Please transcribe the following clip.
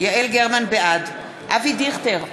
בעד אבי דיכטר,